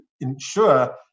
ensure